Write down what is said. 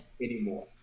anymore